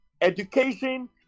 Education